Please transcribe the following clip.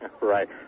Right